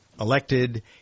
elected